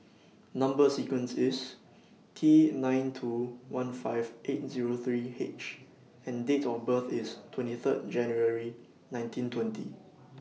Number sequence IS T nine two one five eight Zero three H and Date of birth IS twenty Third January nineteen twenty